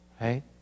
Right